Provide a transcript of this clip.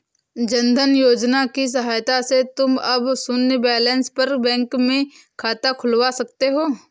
जन धन योजना की सहायता से तुम अब शून्य बैलेंस पर बैंक में खाता खुलवा सकते हो